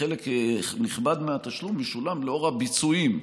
שחלק נכבד מהתשלום משולם לאור הביצועים,